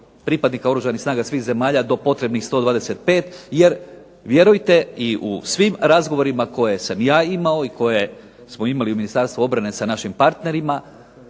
pripadnika Oružanih snaga svih zemalja do potrebnih 125 jer vjerujte i u svim razgovorima koje sam ja imao i koje smo imali u Ministarstvu obrane sa našim partnerima